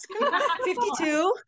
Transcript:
52